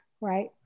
right